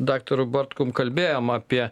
daktaru bartkum kalbėjom apie